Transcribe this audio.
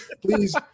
Please